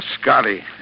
Scotty